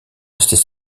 restés